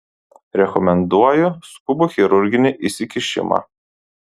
rekomenduoju skubų chirurginį įsikišimą